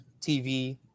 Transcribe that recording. TV